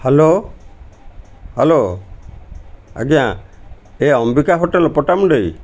hello hello ଆଜ୍ଞା ଏ Ambika hotel Pattamundai